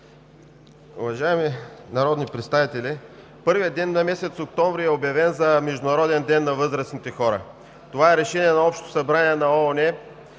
Уважаеми народни представители, първият ден на месец октомври е обявен за Международен ден на възрастните хора. Това е решение на Общото събрание на ООН